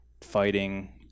fighting